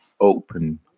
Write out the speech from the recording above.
open